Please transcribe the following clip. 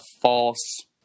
false